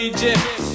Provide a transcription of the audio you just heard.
Egypt